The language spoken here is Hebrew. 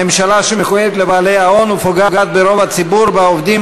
ממשלה שמחויבת לבעלי ההון ופוגעת ברוב הציבור בעובדים,